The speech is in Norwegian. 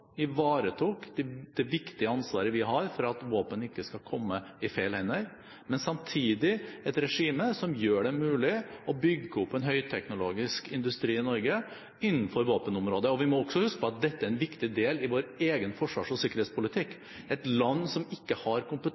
ivaretok det viktige ansvaret vi har for at våpen ikke skal komme i feil hender, men samtidig et regime som gjør det mulig å bygge opp en høyteknologisk industri i Norge innenfor våpenområdet. Vi må også huske på at dette er en viktig del av vår egen forsvars- og sikkerhetspolitikk. Et land som ikke har